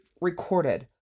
recorded